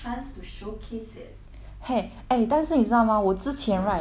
!hey! eh 但是你知道吗我之前 right intern 的时候 orh I also did not